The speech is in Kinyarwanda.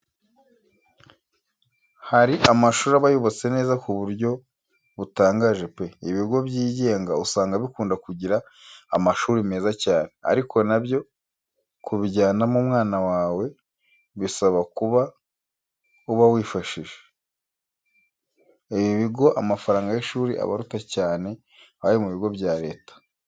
Hari amashuri aba yubatse neza ku buryo butangaje pe! Ibigo byigenga usanga bikunda kugira amashuri meza cyane ariko na byo kubijyanamo umwana wawe wawe bisaba ko uba wifashije. Ibi bigo amafaranga y'ishuri aba aruta cyane ayo mu bigo bya leta.